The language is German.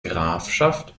grafschaft